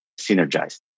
synergized